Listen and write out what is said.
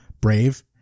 Brave